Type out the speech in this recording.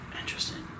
Interesting